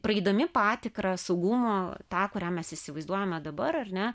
praeidami patikrą saugumo tą kurią mes įsivaizduojame dabar ar ne